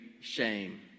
shame